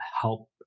help